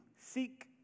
Seek